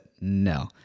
no